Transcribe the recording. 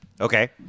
Okay